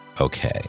okay